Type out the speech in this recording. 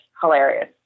Hilarious